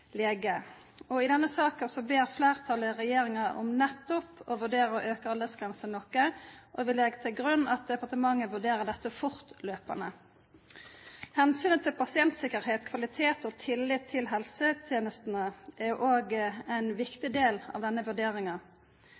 lege. I denne saken ber flertallet regjeringen nettopp om å vurdere å øke aldersgrensen noe, og vi legger til grunn at departementet vurderer dette fortløpende. Hensynet til pasientsikkerhet, kvalitet og tillitt til helsetjenestene er også en viktig del av denne